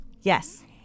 Yes